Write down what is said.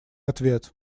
ответ